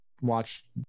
watch